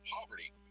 poverty